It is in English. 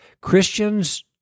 Christians